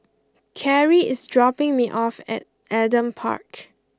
Karrie is dropping me off at Adam Park